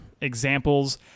examples